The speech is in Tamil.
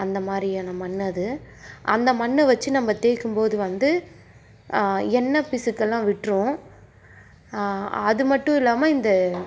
அந்த மாதிரியான மண் அது அந்த மண்ணை வச்சு நம்ம தேய்க்கும் போது வந்து எண்ணெய் பிசுக்கெல்லாம் விட்டுரும் அது மட்டும் இல்லாமல் இந்த